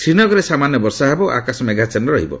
ଶ୍ରୀନଗରରେ ସାମାନ୍ୟ ବର୍ଷା ହେବ ଓ ଆକାଶ ମେଘାଚ୍ଛନ୍ନ ରହିବ